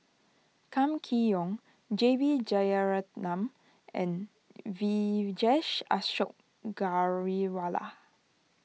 Kam Kee Yong J B Jeyaretnam and Vijesh Ashok Ghariwala